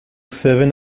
seven